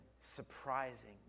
surprising